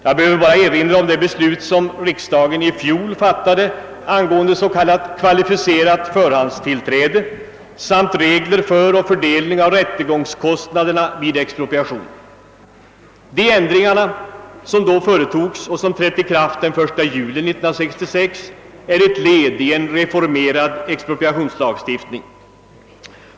Jag behöver bara erinra om det beslut som riksdagen i fjol fattade angående s.k. kvalificerat förhandstillträde samt regler angående fördelning av rättegångskostnaderna vid expropriation. De ändringar som då företogs och som trätt i kraft den 1 juli 1966 är ett led i en reformerad expropriationslagstiftning.